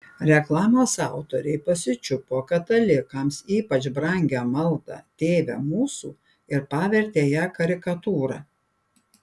reklamos autoriai pasičiupo katalikams ypač brangią maldą tėve mūsų ir pavertė ją karikatūra